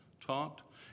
taught